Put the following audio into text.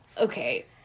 Okay